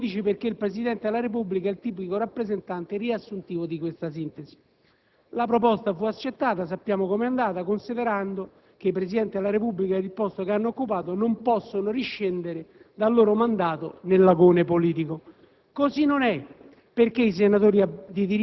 ma hanno sintetizzato dei periodi politici, perché il Presidente della Repubblica è il tipico rappresentante riassuntivo di questa sintesi». Tale proposta fu accettata - sappiamo com'è andata - considerando che i Presidenti della Repubblica, per il posto che hanno occupato, «non possono riscendere dal loro mandato nell'agone